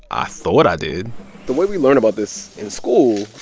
ah thought i did the way we learn about this in school,